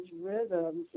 rhythms